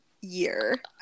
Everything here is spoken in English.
year